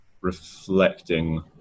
reflecting